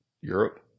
Europe